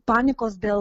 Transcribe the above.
panikos dėl